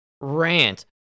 rant